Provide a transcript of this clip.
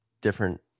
different